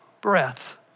breath